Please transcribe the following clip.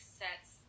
sets